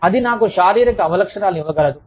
అది నాకు శారీరక అవలక్షణాలను ఇవ్వగలదు